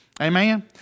Amen